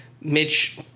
Mitch